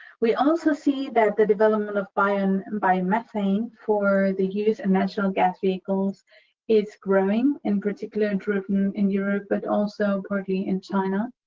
we also see that the development of um and biomethane for the use in natural gas vehicles is growing in particular, driven in europe, but also partly in china.